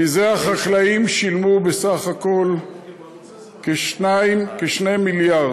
מזה החקלאים שילמו בסך הכול כ-2 מיליארד,